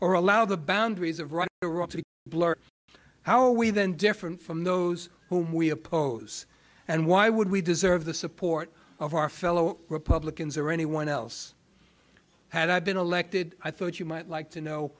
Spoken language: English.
or allow the boundaries of right iraq to blur how we then different from those whom we oppose and why would we deserve the support of our fellow republicans or anyone else had i been elected i thought you might like to know